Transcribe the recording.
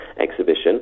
exhibition